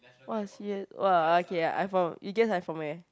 !wah! serious !wah! okay I from you guess I from where